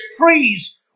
trees